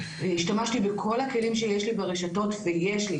השתמשתי בכל הכלים שיש לי ברשתות ויש לי,